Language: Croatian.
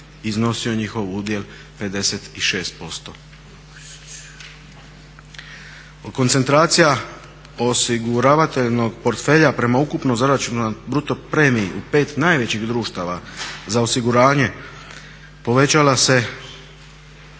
iznosio njihov udjel 56%. Koncentracija osiguravateljnog portfelja prema ukupno zaračunatoj bruto premiji u 5 najvećih društava za osiguranje povećala se